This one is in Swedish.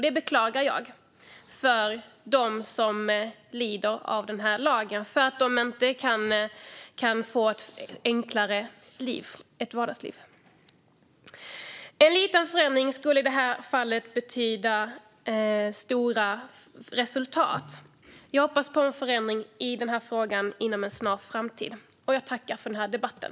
Det beklagar jag, för de som lider av den här lagen kan därmed inte få ett enklare vardagsliv. En liten förändring skulle i det här fallet betyda stora resultat. Jag hoppas på en förändring i frågan inom en snar framtid och tackar för debatten.